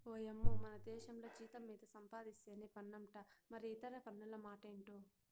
ఓయమ్మో మనదేశంల జీతం మీద సంపాధిస్తేనే పన్నంట మరి ఇతర పన్నుల మాటెంటో